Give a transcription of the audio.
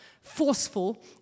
forceful